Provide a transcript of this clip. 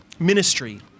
ministry